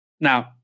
Now